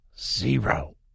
Zero